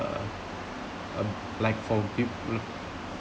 a like for big